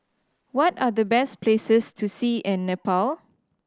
what are the best places to see in Nepal